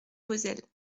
vauzelles